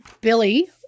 Billy